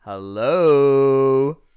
Hello